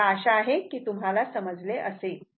तेव्हा आशा आहे की हे तुम्हाला समजले आहे